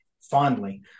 fondly